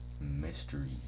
Mystery